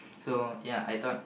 so ya I thought